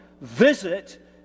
visit